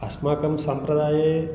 अस्माकं सम्प्रदाये